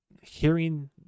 hearing